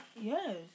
Yes